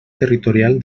territorial